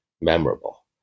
memorable